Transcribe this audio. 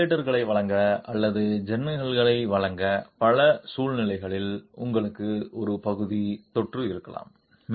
வென்டிலேட்டர்களை வழங்க அல்லது ஜன்னல்களை வழங்க பல சூழ்நிலைகளில் உங்களுக்கு ஒரு பகுதி தொற்று இருக்கலாம்